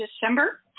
December